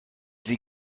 sie